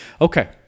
Okay